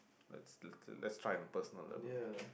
let's let's try on a personal level